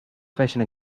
question